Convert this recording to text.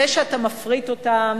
זה שאתה מפריט אותם,